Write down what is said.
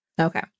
Okay